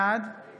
בעד